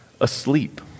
asleep